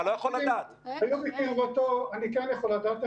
אני כן יכול לדעת.